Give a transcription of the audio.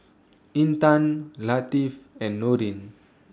Intan Latif and Nudin